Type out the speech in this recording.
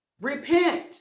repent